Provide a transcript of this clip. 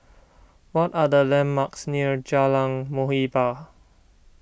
what are the landmarks near Jalan Muhibbah